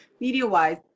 Media-wise